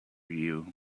you